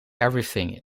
everything